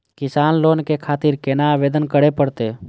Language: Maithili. किसान लोन के खातिर केना आवेदन करें परतें?